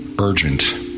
urgent